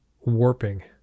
warping